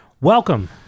welcome